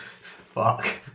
Fuck